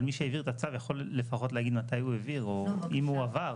אבל מי שהעביר את הצו יכול לפחות להגיד מתי הוא העביר או אם הועבר?